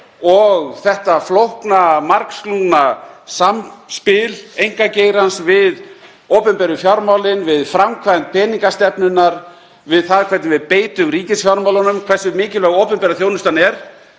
og þetta flókna margslungna samspil einkageirans við opinberu fjármálin, við framkvæmd peningastefnunnar, við það hvernig við beitum ríkisfjármálunum, hversu mikilvæg opinber þjónustan er,